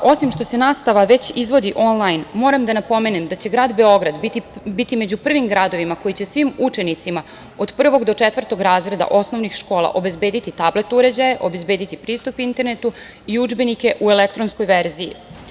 Osim što se nastava već izvodi onlajn, moram da napomenem da će Beograd biti među prvim gradovima koji će svim učenicima od 1. do 4. razreda osnovnih škola obezbediti tablet uređaje, obezbediti pristup internetu i udžbenike u elektronskoj verziji.